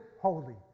holy